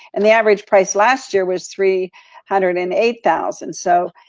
and the average price last year was three hundred and eight thousand. so,